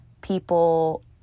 people